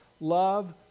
love